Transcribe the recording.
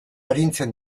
arintzen